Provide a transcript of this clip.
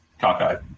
cockeyed